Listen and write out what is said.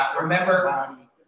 remember